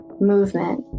movement